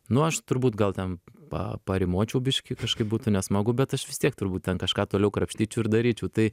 nu aš turbūt gal ten pa parymočiau biškį kažkaip būtų nesmagu bet aš vis tiek turbūt ten kažką toliau krapštyčiau ir daryčiau tai